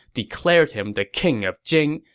declared him the king of jing,